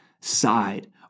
side